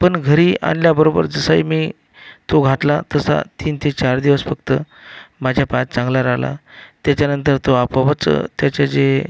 पण घरी आणल्याबरोबर जसंही मी तो घातला तसा तीन ते चार दिवस फक्त माझ्या पायात चांगला राहिला त्याच्यानंतर तो आपोआपच त्याचे जे